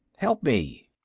help me.